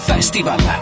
Festival